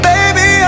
Baby